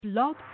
blog